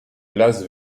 las